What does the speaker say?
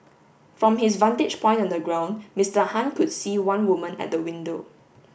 from his vantage point on the ground Mister Han could see one woman at the window